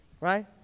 Right